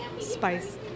spice